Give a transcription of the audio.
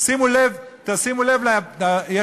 חברת הכנסת ברקו.